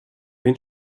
den